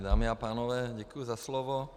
Dámy a pánové, děkuji za slovo.